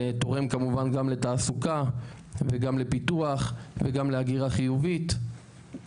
זה תורם כמובן גם לתעסוקה וגם לפיתוח וגם להגירה חיובית.